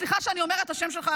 סליחה שאני אומרת את השם שלך,